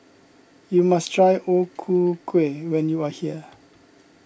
you must try O Ku Kueh when you are here